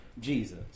Jesus